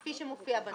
כפי שמופיע בנוסח.